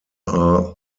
are